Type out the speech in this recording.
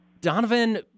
Donovan